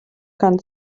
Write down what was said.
kann